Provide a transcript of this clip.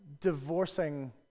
divorcing